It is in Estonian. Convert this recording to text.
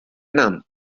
enam